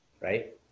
Right